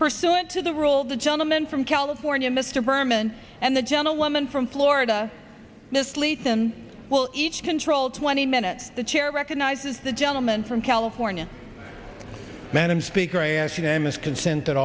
pursuant to the rule the gentleman from california mr berman and the gentlewoman from florida mislead them well each control twenty minutes the chair recognizes the gentleman from california madam speaker i ask unanimous consent